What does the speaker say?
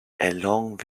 along